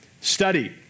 study